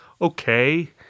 okay